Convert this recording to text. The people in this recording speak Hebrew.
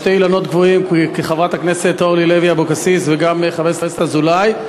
שני אילנות גבוהים כחברת הכנסת אורלי לוי אבקסיס וגם חבר הכנסת אזולאי.